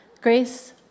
Grace